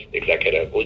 executive